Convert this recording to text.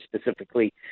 specifically